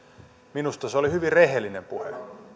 minusta se oli hyvin rehellinen puhe